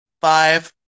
Five